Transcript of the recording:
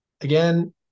Again